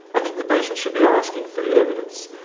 i think the patients should be asking for the evidence,